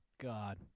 God